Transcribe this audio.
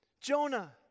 Jonah